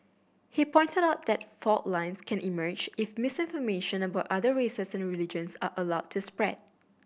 he pointed out that fault lines can emerge if misinformation about other races and religions are allowed to spread